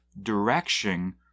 direction